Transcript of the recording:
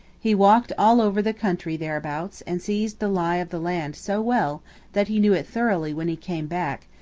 he walked all over the country thereabouts and seized the lie of the land so well that he knew it thoroughly when he came back,